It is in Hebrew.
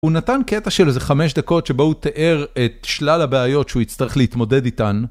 הוא נתן קטע של איזה 5 דקות שבו הוא תיאר את שלל הבעיות שהוא יצטרך להתמודד איתן.